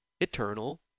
eternal